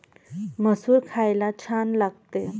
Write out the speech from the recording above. मसूर खायला छान लागते